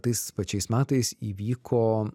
tais pačiais metais įvyko